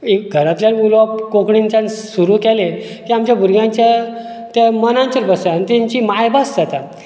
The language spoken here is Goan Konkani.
एक घरांतल्यान उलोवप कोंकणी मनशान सुरू केले की आमच्या भुरग्यांच्या त्या मनांचेर बसता आनी तेंची माय भास जाता